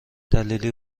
دلیلی